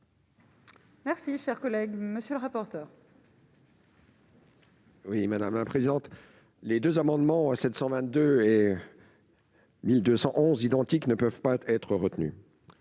Merci, chers collègues, monsieur le rapporteur. Oui, madame la présente les 2 amendements à 722 et. 1211 identique ne peuvent pas être retenu